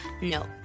No